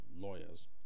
lawyers